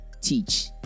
teach